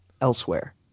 elsewhere